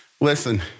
Listen